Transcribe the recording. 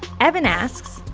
evan asks,